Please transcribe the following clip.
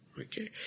Okay